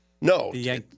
No